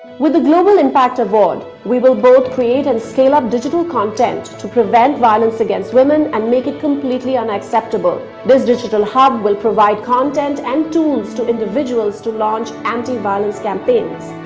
with the global impact award, we will both create and scale up digital content to prevent violence against women and make it completely unacceptable. this digital hub will provide content and tools to individuals to launch anti violence campaigns.